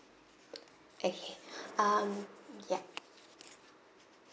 okay um yup